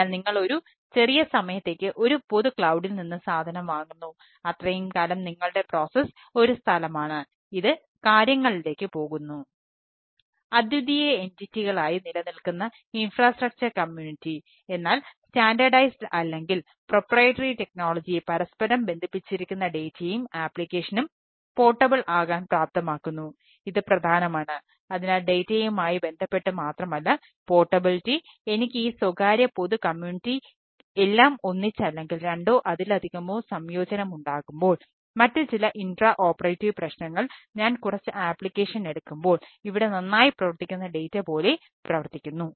അതിനാൽ അദ്വിതീയ എന്റിറ്റികളായി പോലെ പ്രവർത്തിക്കുന്നു